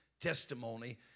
testimony